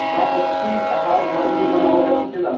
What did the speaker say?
का पशु आहार घर में बनावल जा सकेला?